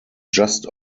just